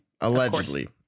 allegedly